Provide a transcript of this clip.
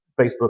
Facebook